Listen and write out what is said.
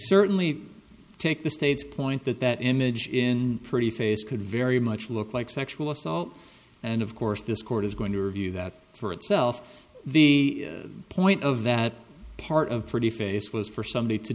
certainly take the state's point that that image in a pretty face could very much look like sexual assault and of course this court is going to review that for itself the point of that part of pretty face was for somebody to